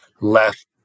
left